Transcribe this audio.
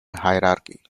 hierarchy